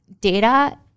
Data